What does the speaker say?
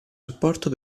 supporto